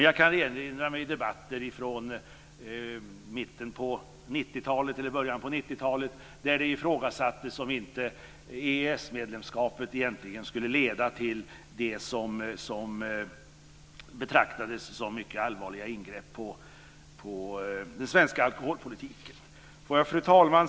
Jag kan erinra mig debatter från början av 90-talet då det ifrågasattes om inte EES-medlemskapet egentligen skulle leda till det som betraktades som mycket allvarliga ingrepp i den svenska alkoholpolitiken. Fru talman!